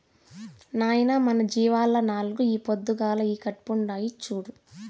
నాయనా మన జీవాల్ల నాలుగు ఈ పొద్దుగాల ఈకట్పుండాయి చూడు